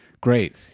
Great